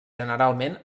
generalment